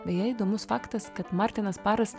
beje įdomus faktas kad martinas paras